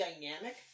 dynamic